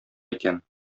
икән